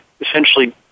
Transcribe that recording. essentially